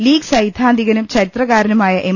league സൈദ്ധാന്തികനും ചരിത്രകാരനുമായ M